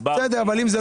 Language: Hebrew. הסברתי.